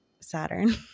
Saturn